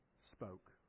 spoke